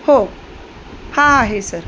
हो हां आहे सर